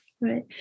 right